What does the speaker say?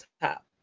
top